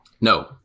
no